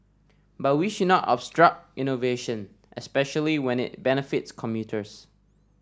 but we should not obstruct innovation especially when it benefits commuters